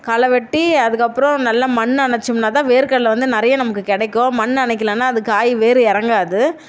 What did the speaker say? களை வெட்டி அதுக்கப்புறம் நல்லா மண் அணைச்சோம்னால்தான் வேர்க்கடலை வந்து நிறைய நமக்கு கிடைக்கும் மண் அணைக்கலைனால் அது காய் வேர் இறங்காது